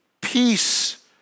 peace